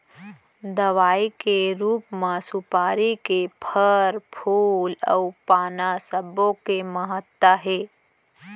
दवई के रूप म सुपारी के फर, फूल अउ पाना सब्बो के महत्ता हे